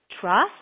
trust